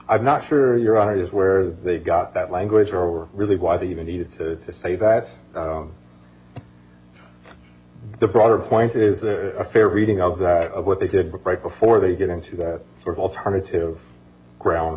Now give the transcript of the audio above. i'm not sure you're on is where they got that language or really why they even needed to say that the broader point is that a fair reading of that what they did right before they get into that sort of alternative ground